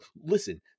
listen